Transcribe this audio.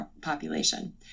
population